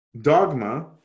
dogma